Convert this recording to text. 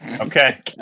Okay